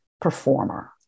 performer